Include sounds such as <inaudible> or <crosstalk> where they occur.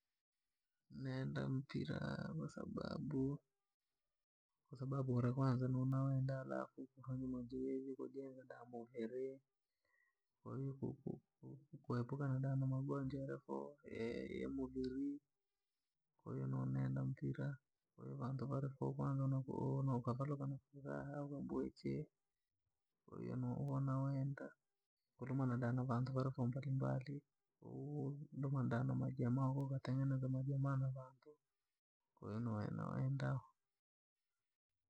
Nenda mpira kwasababu kwasababu, kura kwanza ni naenda halafu kufanya mazoezi kujenga damu mviri. ku- ku- kuepuka da magonjwa halafu <unintelligible> yamviri. Kwahiyo, nu nenda mpira vantu varafuraha kwanza kuona <unintelligible> mpira au kuwabuyachee. Unawenda kulumana na vantu foo mbalimbali ho, domandano majamaa ho ukatengeneza majamaa ho na vantu ko nu noenda.